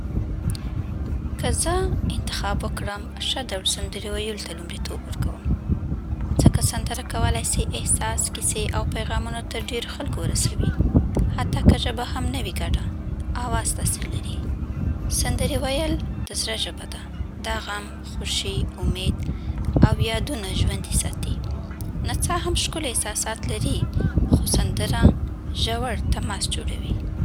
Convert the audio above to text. که زه انتخاب وکړم، ښه ډول سندرې ویلو ته لومړیتوب ورکوم، ځکه سندره کولی سي احساسات، کیسې او پیغامونه تر ډېرو خلکو ورسوي، حتی که ژبه هم نه وي ګډه، آواز تاثیر لري. سندرې ویل د زړه ژبه ده؛ دا غم، خوښي، امید او یادونه ژوندۍ ساتي. نڅا هم ښکلي احساسات لري، خو سندره ژور تماس جوړوي.